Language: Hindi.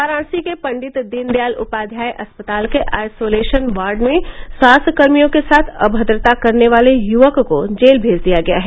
वाराणसी के पंडित दीनदयाल उपाध्याय अस्पताल के आइसोलेसन वार्ड में स्वास्थ्यकर्मियों के साथ अभद्रता करने वाले युवक को जेल भेज दिया गया है